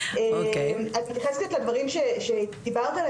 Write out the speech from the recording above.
עדיין רואים במקביל קושי בכל התחומים ובכל הרצף הטיפולי